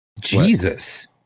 Jesus